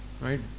right